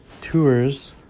tours